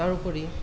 তাৰ উপৰি